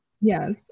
Yes